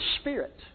spirit